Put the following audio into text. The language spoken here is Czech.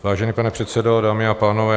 Vážený pane předsedo, dámy a pánové.